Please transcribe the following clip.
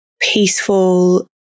peaceful